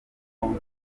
konka